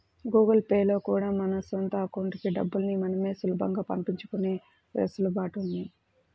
Google Pay లో కూడా మన సొంత అకౌంట్లకి డబ్బుల్ని మనమే సులభంగా పంపించుకునే వెసులుబాటు ఉంది